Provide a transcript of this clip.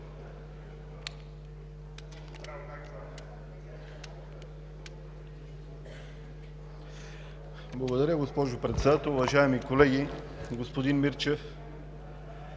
Благодаря, госпожо Председател. Уважаеми колеги, господин Мирчев!